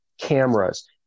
cameras